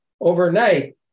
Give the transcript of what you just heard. Overnight